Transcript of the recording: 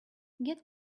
get